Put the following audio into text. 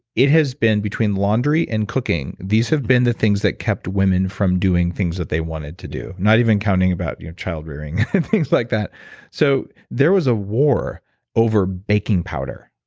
it has been between laundry and cooking. these have been the things that kept women from doing things that they wanted to do, not even counting about you know child rearing and things like that so there was a war over baking powder.